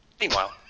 Meanwhile